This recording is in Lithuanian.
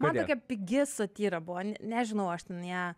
man tokia pigi satyra buvo ne nežinau aš ten ją